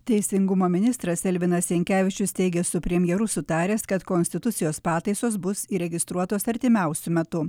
teisingumo ministras elvinas jankevičius teigė su premjeru sutaręs kad konstitucijos pataisos bus įregistruotos artimiausiu metu